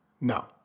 No